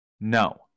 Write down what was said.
No